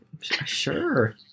sure